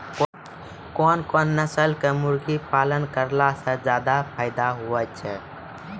कोन कोन नस्ल के मुर्गी पालन करला से ज्यादा फायदा होय छै?